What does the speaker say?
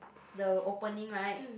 the opening right